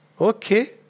okay